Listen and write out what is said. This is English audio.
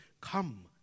come